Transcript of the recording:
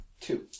Two